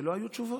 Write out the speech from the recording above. שלא היו תשובות.